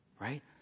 Right